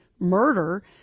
murder